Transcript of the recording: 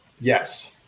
yes